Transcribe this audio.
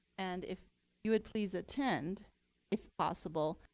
and if you would please attend if possible,